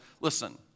Listen